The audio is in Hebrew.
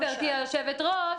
גברתי היושבת-ראש,